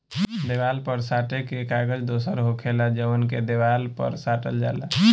देवाल पर सटे के कागज दोसर होखेला जवन के देवाल पर साटल जाला